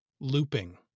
looping